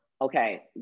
okay